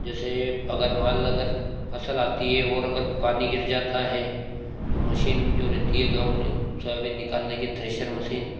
जैसे अगर माल अगर फसल आती है और अगर पानी गिर जाता है तो मशीन जो रहती है गाँव में सोयाबीन निकालने की थ्रेसर मशीन